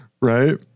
right